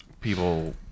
people